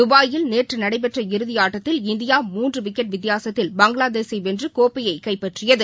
துபாயில் நேற்று நடைபெற்ற இறுதி ஆட்டத்தில் இந்தியா மூன்று விக்கெட் வித்தியாசத்தில் பங்களாதேசை வென்று கோப்பையை கைப்பற்றியது